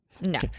No